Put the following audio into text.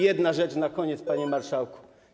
Jedna rzecz na koniec, panie marszałku.